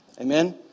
Amen